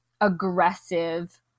aggressive